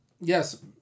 yes